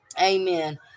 amen